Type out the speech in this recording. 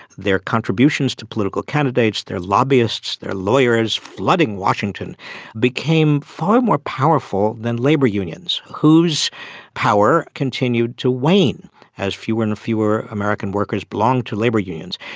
their contributions to political candidates, their lobbyists, their lawyers flooding washington became far more powerful than labour unions whose power continued to wane as fewer and fewer american workers belonged to labour unions.